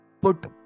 put